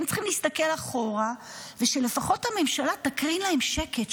הם צריכים להסתכל אחורה ושלפחות הממשלה תקרין להם שקט,